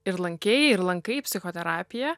ir lankei ir lankai psichoterapiją